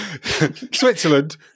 Switzerland